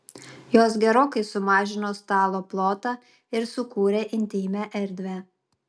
jos gerokai sumažino stalo plotą ir sukūrė intymią erdvę